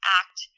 act